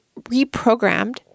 reprogrammed